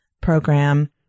program